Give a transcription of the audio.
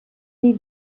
des